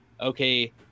Okay